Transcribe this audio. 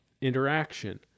interaction